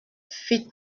fit